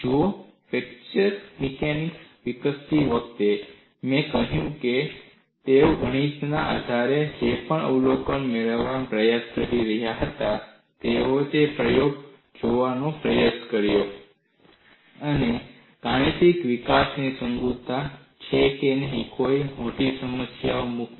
જુઓ fracture mechanics વિકસાવતી વખતે મેં કહ્યું છે કે તેઓ ગણિતના આધારે જે પણ અવલોકનો મેળવવાનો પ્રયાસ કરી રહ્યા હતા તેઓએ એક પ્રયોગમાં જોવાનો પ્રયાસ કર્યો કે શું ગાણિતિક વિકાસ સુસંગત છે કે નહીં કોઈ મોટી સમસ્યાઓથી મુક્ત